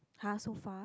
!huh! so far